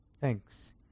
Thanks